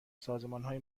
سازمانهای